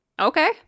Okay